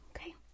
okay